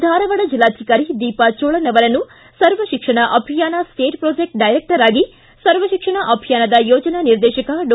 ಧಾರವಾಡ ಜಿಲ್ಲಾಧಿಕಾರಿ ದೀಪಾ ಚೋಳನ್ ಅವರನ್ನು ಸರ್ವಶಿಕ್ಷಣ ಅಭಿಯಾನ ಸ್ವೇಟ್ ಪ್ರೊಜೆಕ್ಟ್ ಡೈರೆಕ್ಟರ್ ಆಗಿ ಸರ್ವ ಶಿಕ್ಷಣ ಅಭಿಯಾನದ ಯೋಜನಾ ನಿರ್ದೇಶಕ ಡಾ